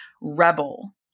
Rebel